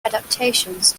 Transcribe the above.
adaptations